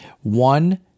one